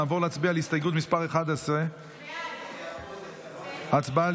נעבור להצביע על הסתייגות מס' 11. הצבעה על